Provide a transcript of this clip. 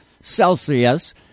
Celsius